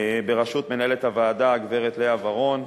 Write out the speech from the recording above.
בראשות מנהלת הוועדה הגברת לאה ורון,